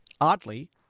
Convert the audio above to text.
Oddly